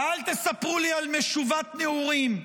ואל תספרו לי על משובת נעורים.